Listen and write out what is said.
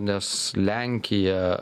nes lenkija